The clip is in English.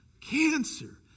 cancer